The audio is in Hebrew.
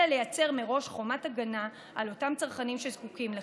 אלא לייצר מראש חומת הגנה על אותם צרכנים שזקוקים לכך,